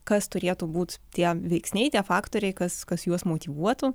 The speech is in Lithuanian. kas turėtų būti tie veiksniai tie faktoriai kas kas juos motyvuotų